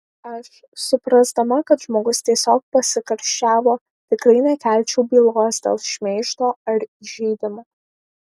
aš suprasdama kad žmogus tiesiog pasikarščiavo tikrai nekelčiau bylos dėl šmeižto ar įžeidimo